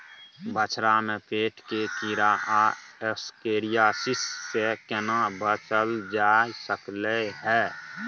बछरा में पेट के कीरा आ एस्केरियासिस से केना बच ल जा सकलय है?